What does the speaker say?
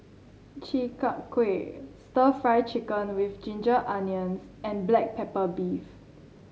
Chi Kak Kuih stir Fry Chicken with Ginger Onions and Black Pepper Beef